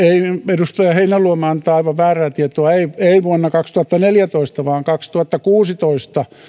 edustaja heinäluoma antaa aivan väärää tietoa ei ei vuonna kaksituhattaneljätoista vaan kaksituhattakuusitoista viiva